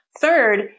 Third